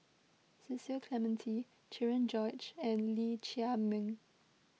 Cecil Clementi Cherian George and Lee Chiaw Meng